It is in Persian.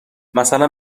مثلا